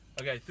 okay